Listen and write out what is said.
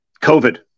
COVID